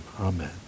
Amen